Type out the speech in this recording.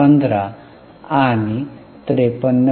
15 आणि 53